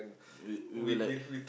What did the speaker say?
we we were like